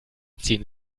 ziehen